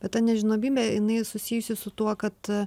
bet ta nežinomybė jinai susijusi su tuo kad